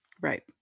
right